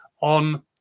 on